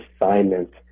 assignment